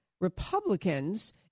Republicans